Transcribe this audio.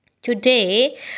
Today